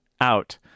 out